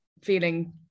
feeling